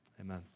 amen